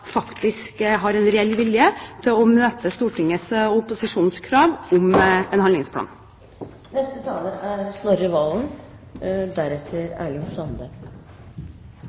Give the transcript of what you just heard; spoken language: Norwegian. faktisk har en reell vilje til å møte Stortingets opposisjonskrav om en handlingsplan? Representanten Solvik-Olsen er